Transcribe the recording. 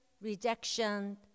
rejection